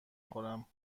خورم